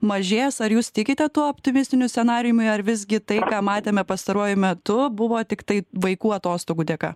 mažės ar jūs tikite tuo optimistiniu scenarijumi ar visgi tai ką matėme pastaruoju metu buvo tiktai vaikų atostogų dėka